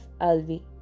Alvi